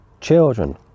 children